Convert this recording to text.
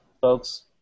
folks